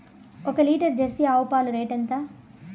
ఒక litre Jersey ఆవు పాలు రేటు ఎంత?